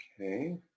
Okay